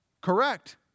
Correct